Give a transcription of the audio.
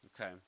Okay